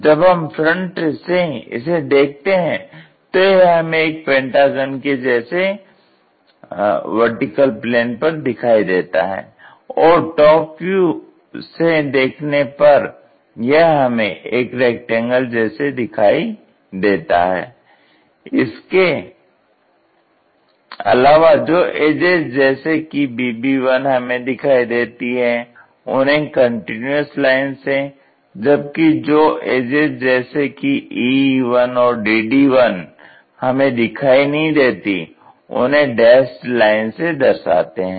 जब हम फ्रंट से इसे देखते हैं तो यह हमें एक पेंटागन के जैसा VP पर दिखाई देता है और टॉप से देखने पर यह हमें एक रेक्टेंगल के जैसे दिखाई देता है इसके अलावा जो एजेज जैसे कि bb1 हमें दिखाई देती हैं उन्हें कंटीन्यूअस लाइन से जबकि जो एजेज जैसे कि ee1 और dd1 हमें दिखाई नहीं देती उन्हें डैस्ड लाइन से दर्शाते हैं